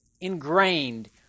ingrained